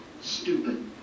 stupid